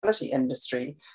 industry